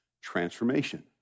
transformation